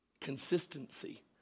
Consistency